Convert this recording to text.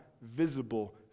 visible